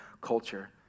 culture